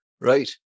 right